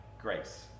grace